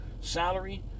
salary